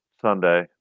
Sunday